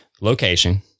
Location